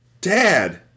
Dad